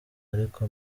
ariko